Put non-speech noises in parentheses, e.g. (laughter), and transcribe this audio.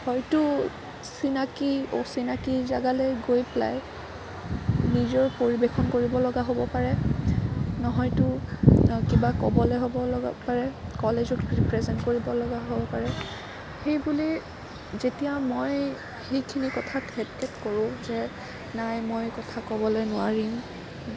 হয়তো চিনাকি অচিনাকি জেগালৈ গৈ পেলাই নিজৰ পৰিৱেশন কৰিব লগা হ'ব পাৰে নহয়তো কিবা ক'বলৈ হ'ব লগা পাৰে কলেজক ৰীপ্ৰেজেণ্ট কৰিব লগা হ'ব পাৰে সেই বুলি যেতিয়া মই সেইখিনি কথাত (unintelligible) কৰো যে নাই মই কথা ক'বলৈ নোৱাৰিম